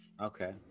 Okay